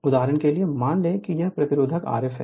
उदाहरण के लिए मान लें कि यह प्रतिरोध Rf है